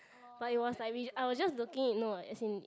but it was like we I was just looking you know like as in